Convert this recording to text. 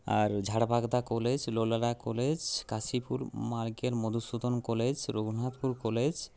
আর Jharbagda college Laulara college Kashipur মার্গের Madhusudan college Raghunathpur college